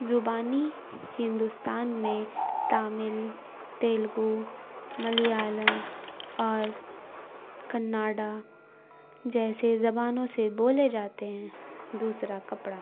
زبانی ہندوستان میں تامل تیلگو ملیالم اور کناڈا جیسے زبانوں سے بولے جاتے ہیں دوسرا کپڑا